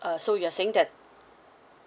uh so you're saying that